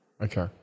Okay